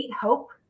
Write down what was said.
hope